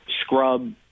scrub